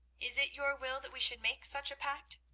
is it your will that we should make such a pact?